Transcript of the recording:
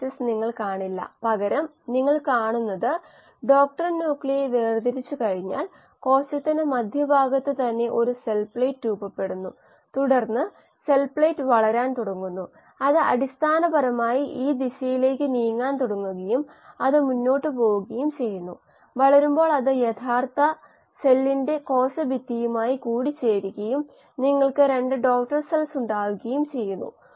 yield കോയെഫീസിയൻറും നമുക്കറിയാം